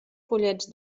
fullets